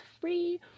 free